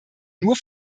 nur